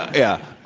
yeah.